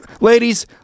Ladies